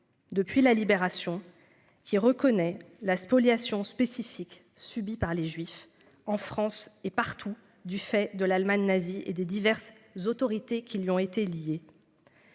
depuis la Libération qui reconnaît la spoliation spécifique subies par les juifs en France et partout, du fait de l'Allemagne nazie et des diverses autorités qui lui ont été liées.